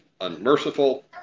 unmerciful